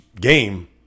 game